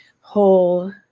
whole